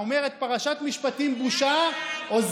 אומרת "פרשת משפטים, בושה" אולי די?